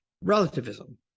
relativism